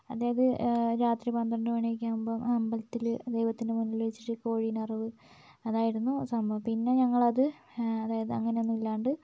അതായത് രാത്രി പന്ത്രണ്ട് മണിയൊക്കെ ആവുമ്പം ആ അമ്പലത്തിൽ ദൈവത്തിൻ്റെ മുന്നിൽ വെച്ചിട്ട് കോഴീനെ അറവ് അതായിരുന്നു സംഭവം പിന്നെ ഞങ്ങളത് അതായത് അങ്ങനൊന്നും ഇല്ലാണ്ട്